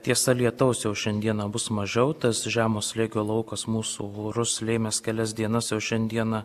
tiesa lietaus jau šiandieną bus mažiau tas žemo slėgio laukas mūsų orus lėmęs kelias dienas jau šiandieną